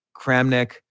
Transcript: Kramnik